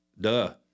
duh